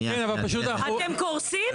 אתם קורסים?